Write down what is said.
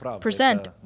present